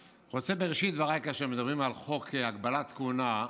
בראשית דבריי, כאשר מדברים על חוק הגבלת כהונה,